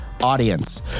audience